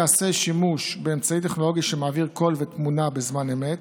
ייעשה שימוש באמצעי טכנולוגי שמעביר קול ותמונה בזמן אמת,